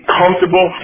comfortable